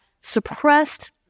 suppressed